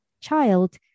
child